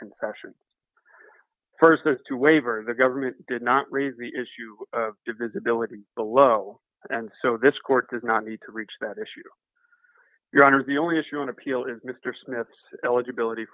confession st to waiver the government did not raise the issue of visibility below and so this court does not need to reach that issue your honor the only issue on appeal is mr smith's eligibility